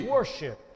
worship